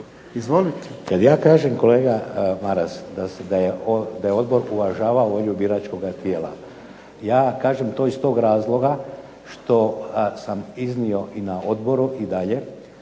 Kada ja kažem kolega Maras da je odbor uvažavao volju biračkoga tijela, ja kažem to iz tog razloga što sam iznio i na odboru i dalje